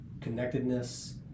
connectedness